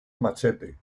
machete